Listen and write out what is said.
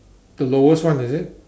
the lowest one is it